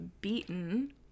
beaten